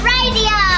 Radio